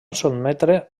sotmetre